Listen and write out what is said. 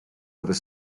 other